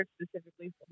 specifically